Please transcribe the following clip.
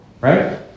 right